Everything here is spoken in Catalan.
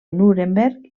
nuremberg